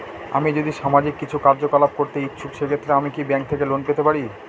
আমি যদি সামাজিক কিছু কার্যকলাপ করতে ইচ্ছুক সেক্ষেত্রে আমি কি ব্যাংক থেকে লোন পেতে পারি?